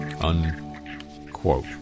Unquote